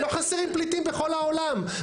לא חסרים פליטים בכל עולם.